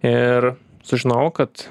ir sužinojau kad